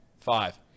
Five